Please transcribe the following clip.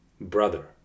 brother